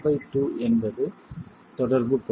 αt2 என்பது தொடர்பு பகுதி